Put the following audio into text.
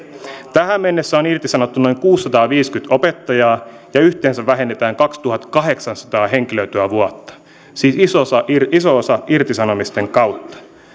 tähän mennessä on irtisanottu noin kuusisataaviisikymmentä opettajaa ja yhteensä vähennetään kaksituhattakahdeksansataa henkilötyövuotta siis iso iso osa irtisanomisten kautta